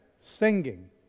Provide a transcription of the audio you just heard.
singing